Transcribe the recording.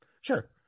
Sure